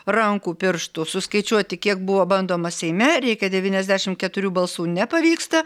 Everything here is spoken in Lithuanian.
rankų pirštų suskaičiuoti kiek buvo bandoma seime reikia devyniasdešim keturių balsų nepavyksta